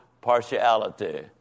partiality